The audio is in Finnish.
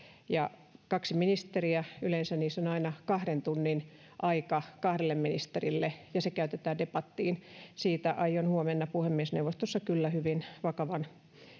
ja kaksi ministeriä yleensä niissä on aina kahden tunnin aika kahdelle ministerille ja se käytetään debattiin siitä aion huomenna puhemiesneuvostossa kyllä hyvin vakavan